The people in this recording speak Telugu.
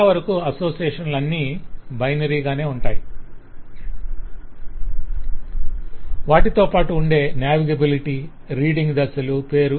చాలా వరకు అసోసియేషన్లు అన్నీ బైనరీ గానే ఉంటాయి వాటితో పాటుఉండే నావిగెబిలిటీ రీడింగ్ దిశలు పేరు